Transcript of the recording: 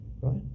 right